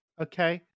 okay